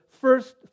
first